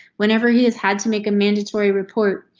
whenever he has had to make a mandatory report,